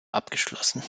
abgeschlossen